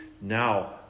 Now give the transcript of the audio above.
Now